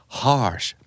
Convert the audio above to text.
harsh